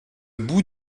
bout